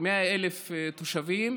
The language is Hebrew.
100,000 תושבים.